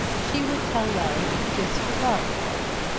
she would tell larry to disregard the letter.